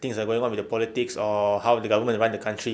things are going on with the politics or how the government run the country